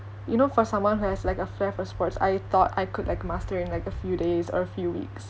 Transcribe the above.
you know for someone who has like a flair for sports I thought I could like master in like a few days or few weeks